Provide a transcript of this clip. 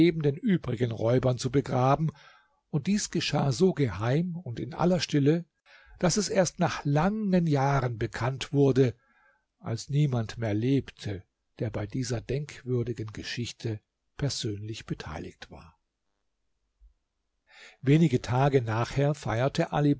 den übrigen räubern zu begraben und dies geschah so geheim und in aller stille daß es erst nach langen jahren bekannt wurde als niemand mehr lebte der bei dieser denkwürdigen geschichte persönlich beteiligt war wenige tage nachher feierte ali